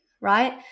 right